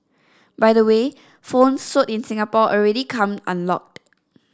by the way phones sold in Singapore already come unlocked